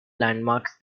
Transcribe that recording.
landmarks